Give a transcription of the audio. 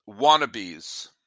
wannabes